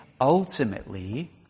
ultimately